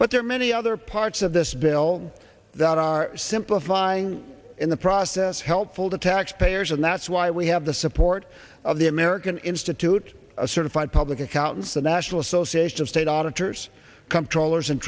but there are many other parts of this bill that are simplify in the process helpful to tax payers and that's why we have the support of the american institute a certified public accountants the national association of state auditors controllers and